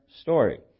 story